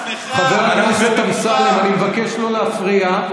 תתאר לעצמך, חבר הכנסת אמסלם, אני מבקש לא להפריע.